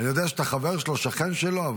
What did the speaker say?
אני יודע שאתה חבר שלו, שכן שלו.